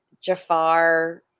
Jafar